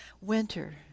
winter